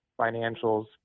financials